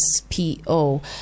SPO